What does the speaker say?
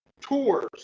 tours